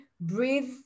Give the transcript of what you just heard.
breathe